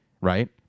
right